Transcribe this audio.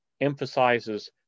emphasizes